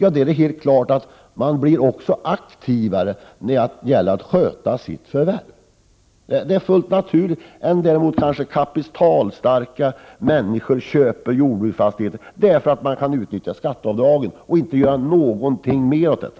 I det senare fallet blir ägaren naturligtvis aktivare också när det gäller att sköta sitt förvärv — det är fullt naturligt — än om han är en kapitalstark person som köper en jordbruksfastighet därför att han kan utnyttja skatteavdragen och inte har för avsikt att göra någonting mer åt detta.